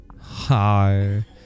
Hi